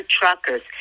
truckers